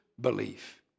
belief